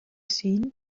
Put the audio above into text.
seen